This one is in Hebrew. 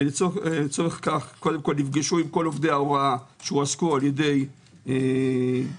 לצורך כל נפגשו עם כל עובדי ההוראה שהועסקו על-ידי שלבים,